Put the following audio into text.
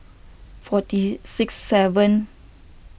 forty six seven